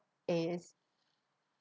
is